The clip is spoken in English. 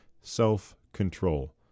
self-control